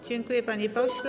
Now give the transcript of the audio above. Dziękuję, panie pośle.